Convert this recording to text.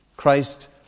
Christ